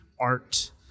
art